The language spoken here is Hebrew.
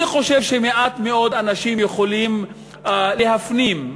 אני חושב שמעט מאוד אנשים יכולים להפנים,